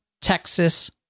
Texas